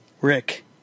Rick